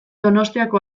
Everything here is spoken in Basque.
donostiako